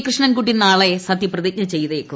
കൃഷ്ണൻകുട്ടി നാളെ സത്പ്രതിജ്ഞ ചെയ്തേക്കും